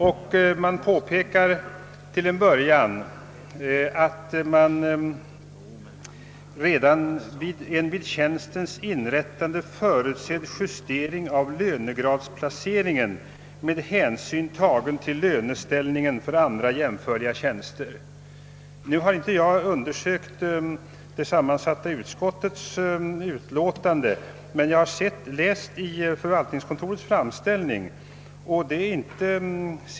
Utskottet påpekar till en början att förslaget avser »en vid tjänstens inrättande förutsedd justering av lönegradsplaceringen med hänsyn tagen till löneställningen för andra jämförliga tjänster». Jag har inte undersökt vad som på sin tid stod i det sammansatta konstitutionsoch bankoutskottets utlåtande, men jag har läst förvaltningskontorets framställning.